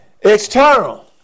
External